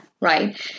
right